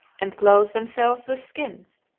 and clothe themselves with skins.